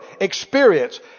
experience